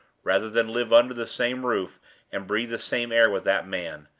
rather than live under the same roof and breathe the same air with that man.